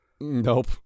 Nope